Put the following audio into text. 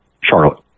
Charlotte